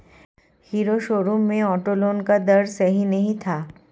hero showroom में auto loan का दर सही नहीं था